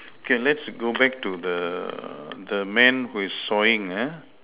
okay let's go back to the the man who is sawing uh